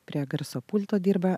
prie garso pulto dirba